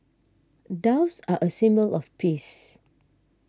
doves are a symbol of peace